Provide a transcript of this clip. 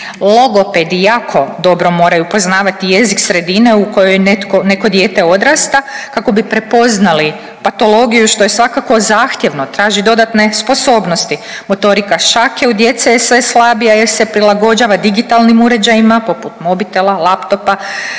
Logopedi jako dobro moraju poznavati jezik sredine u kojoj netko, neko dijete odrasta kako bi prepoznali patologiju, što je svakako zahtjevno, traži dodatne sposobnosti, motorika šake u djece je sve slabija jer se prilagođava digitalnim uređajima poput mobitela, laptopa,